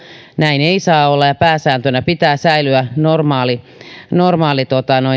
näin ei saa olla ja pääsääntönä pitää säilyä normaali